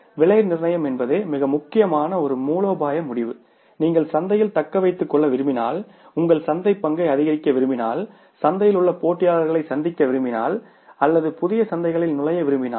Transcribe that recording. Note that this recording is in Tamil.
விலை நிர்ணயம் என்பது மிக முக்கியமான ஒரு மூலோபாய முடிவு நீங்கள் சந்தையில் தக்க வைத்துக் கொள்ள விரும்பினால் உங்கள் சந்தைப் பங்கை அதிகரிக்க விரும்பினால் சந்தையில் உங்கள் போட்டியாளர்களைக் சந்திக்க விரும்பினால் அல்லது புதிய சந்தைகளில் நுழைய விரும்பினால்